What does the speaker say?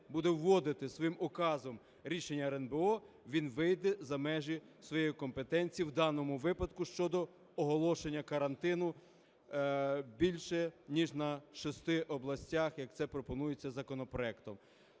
буде вводити своїм указом рішення РНБО, він вийде за межі своєї компетенції, у даному випадку щодо оголошення карантину більше ніж на шести областях, як це пропонується законопроектом.